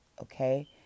okay